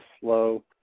slow